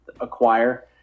acquire